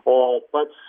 o pats